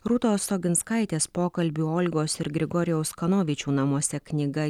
rūtos oginskaitės pokalbių olgos ir grigorijaus kanovičių namuose knyga